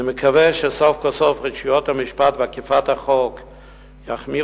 אני מקווה שסוף כל סוף רשויות המשפט ואכיפת החוק יחמירו